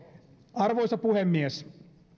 arvoisa puhemies